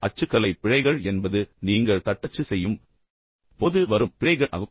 அச்சுக்கலை பிழைகள் என்பது நீங்கள் தட்டச்சு செய்யும் போது வரும் பிழைகள் ஆகும்